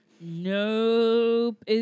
Nope